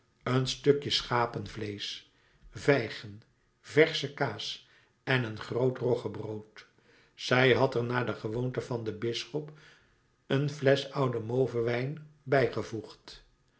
een stukje schapenvleesch vijgen versche kaas en een groot roggebrood zij had er naar de gewoonte van den bisschop een flesch ouden mauveswijn bijgevoegd